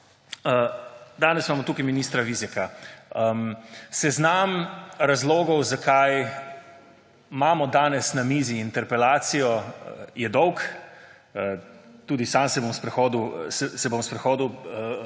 danes imamo tukaj ministra Vizjaka. Seznam razlogov, zakaj imamo danes na mizi interpelacijo, je dolg, tudi sam se bom sprehodil po njem.